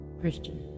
christian